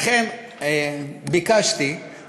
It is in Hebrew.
לכן ביקשתי,